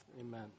Amen